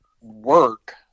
work